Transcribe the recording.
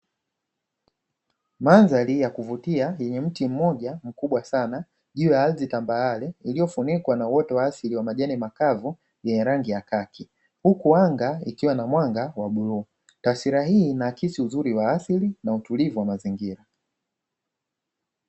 Mandhari ya kuvutia yenye mti mmoja mkubwa sana juu ya ardhi tambarare iliyofunikwa na uoto wa asili ya majani makavu yenye rangi ya kaki huku anga ikiwa na mwanga wa bluu. Taswira hii inaakisi uzuri wa asili na utulivu wa mazingira.